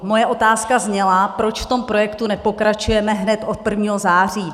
Moje otázka zněla, proč v tom projektu nepokračujeme hned od 1. září.